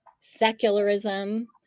secularism